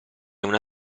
una